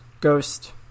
ghost